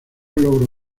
logro